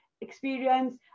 experience